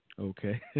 Okay